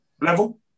level